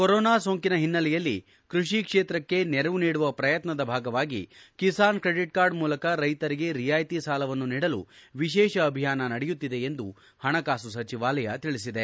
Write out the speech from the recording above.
corona ಸೋಂಕಿನ ಹಿನ್ನೆಲೆಯಲ್ಲಿ ಕೃಷಿ ಕ್ಷೇತ್ರಕ್ಕೆ ನೆರವು ನೀಡುವ ಪ್ರಯತ್ನದ ಭಾಗವಾಗಿ ಕಿಸಾನ್ ಕ್ರೆಡಿಟ್ ಕಾರ್ಡ್ ಮೂಲಕ ರೈತರಿಗೆ ರಿಯಾಯಿತಿ ಸಾಲವನ್ನು ನೀಡಲು ವಿಶೇಷ ಅಭಿಯಾನ ನಡೆಯುತ್ತಿದೆ ಎಂದು ಹಣಕಾಸು ಸಚಿವಾಲಯ ತಿಳಿಸಿದೆ